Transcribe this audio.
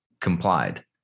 complied